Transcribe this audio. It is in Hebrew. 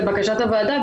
לבקשת הוועדה,